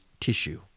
tissue